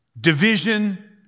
division